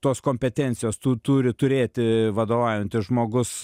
tos kompetencijos tu turi turėti vadovaujantis žmogus